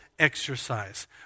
exercise